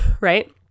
right